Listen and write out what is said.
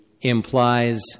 implies